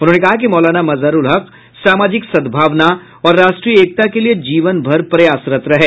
उन्होंने कहा कि मौलाना मजहरूल हक सामाजिक सद्भावना और राष्ट्रीय एकता के लिए जीवन भर प्रयासरत रहें